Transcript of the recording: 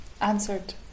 Answered